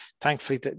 thankfully